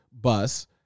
bus